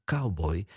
Cowboy